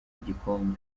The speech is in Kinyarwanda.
igikombe